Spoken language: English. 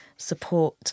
Support